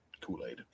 Kool-Aid